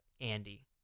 Andy